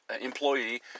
employee